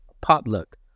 potluck